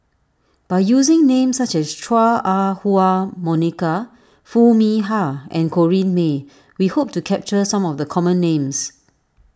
by using names such as Chua Ah Huwa Monica Foo Mee Har and Corrinne May we hope to capture some of the common names